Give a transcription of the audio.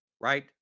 right